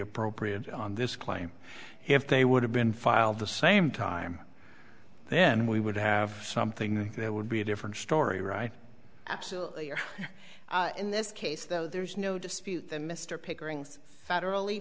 appropriate on this claim if they would have been filed the same time then we would have something that would be a different story right absolutely or in this case though there's no dispute that mr pickering's federally